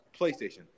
PlayStation